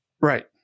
Right